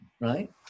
right